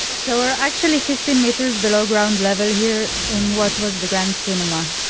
so we're actually fifteen meters below ground level here in what was the grand cinema.